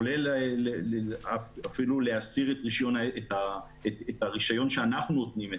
כולל אפילו להסיר את הרישיון שאנחנו נותנים,